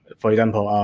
for example,